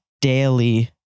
daily